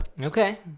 Okay